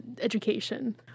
education